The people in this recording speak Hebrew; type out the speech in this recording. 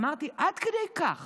אמרתי, עד כדי כך